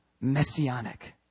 messianic